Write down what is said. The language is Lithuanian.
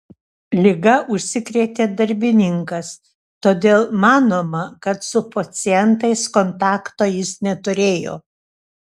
liga užsikrėtė darbininkas todėl manoma kad su pacientais kontakto jis neturėjo